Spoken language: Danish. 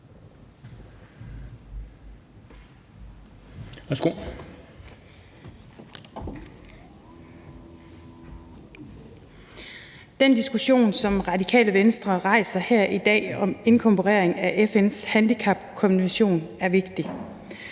Den diskussion, som Radikale Venstre rejser her i dag om inkorporering af FN’s handicapkonvention, er vigtig.